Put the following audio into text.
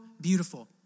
beautiful